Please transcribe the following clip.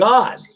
God